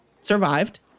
survived